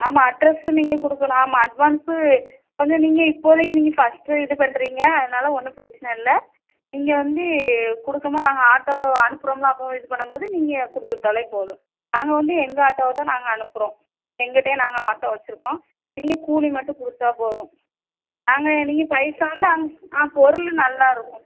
ஆமாம் அட்ரஸ்ஸு நீங்கள் கொடுக்கணும் ஆமாம் அட்வான்ஸ்ஸு வந்து நீங்கள் இப்போதைக்கு நீங்கள் ஃபர்ஸ்ட்டு இது பண்ணுறிங்க அதனால் ஒன்றும் பிரச்சனயில்லை நீங்கள் வந்து கொடுக்கணும் நாங்கள் ஆட்டோ அனுப்புறோம்ல அப்போ இது பண்ணும்போது நீங்கள் கொடுத்துவிட்டாலே போதும் நாங்கள் வந்து எங்கள் ஆட்டோவை தான் நாங்கள் அனுப்புகிறோம் எங்கள்கிட்டயே நாங்கள் ஆட்டோ வச்சுருக்கோம் நீங்கள் கூலி மட்டும் கொடுத்தா போதும் நாங்கள் நீங்கள் பைசா வந்து அங் ஆ பொருள் நல்லா இருக்கும்